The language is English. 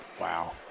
Wow